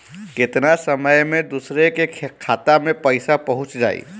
केतना समय मं दूसरे के खाता मे पईसा पहुंच जाई?